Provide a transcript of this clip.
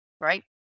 right